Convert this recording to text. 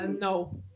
No